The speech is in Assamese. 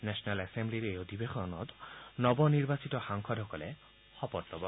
নেচনেল এচেম্বলিৰ এই অধিবেশন নৱনিৰ্বাচিত সাংসদসকলে শপত ল'ব